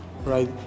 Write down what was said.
Right